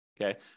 okay